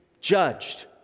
judged